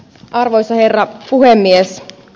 arvoisa herra puhemies